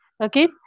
okay